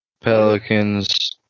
Pelicans